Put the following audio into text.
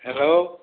hello